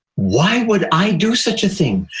why would i do such a thing?